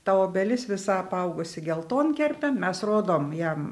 ta obelis visa apaugusi geltonkerpėm mes rodom jam